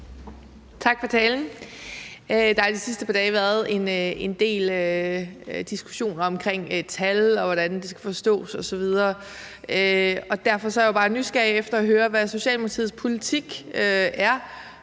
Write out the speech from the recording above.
Tak for talen. Der har de sidste par dage været en del diskussion om tal, og hvordan de skal forstås osv. Og derfor er jeg bare nysgerrig efter at høre, hvad Socialdemokratiets politik er